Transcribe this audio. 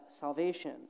salvation